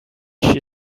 she